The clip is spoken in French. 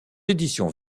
éditions